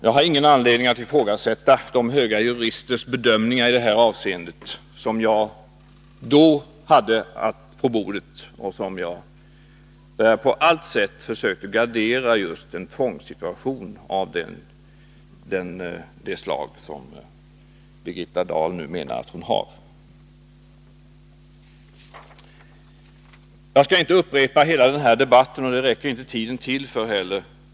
Jag har ingen anledning att ifrågasätta de höga juristernas bedömning i det här avseendet, när jag på allt sätt försökte gardera mig mot just en tvångssituation av det slag som Birgitta Dahl nu menar att hon har. Jag skall inte upprepa alla argument — det räcker inte tiden till för.